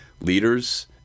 leaders